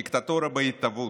דיקטטורה בהתהוות.